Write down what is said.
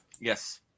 Yes